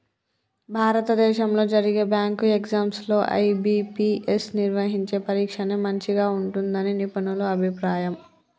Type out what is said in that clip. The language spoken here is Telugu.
భారతదేశంలో జరిగే బ్యాంకు ఎగ్జామ్స్ లో ఐ.బీ.పీ.ఎస్ నిర్వహించే పరీక్షనే మంచిగా ఉంటుందని నిపుణుల అభిప్రాయం